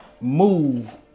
move